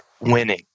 winning